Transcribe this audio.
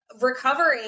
recovering